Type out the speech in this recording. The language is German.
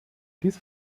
dies